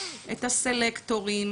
את הסלקטורים,